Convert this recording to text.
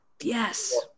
Yes